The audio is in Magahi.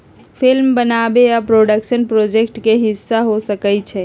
फिल्म बनाबे आ प्रोडक्शन प्रोजेक्ट के हिस्सा हो सकइ छइ